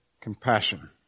compassion